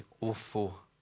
awful